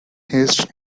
haste